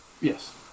Yes